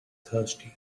thirsty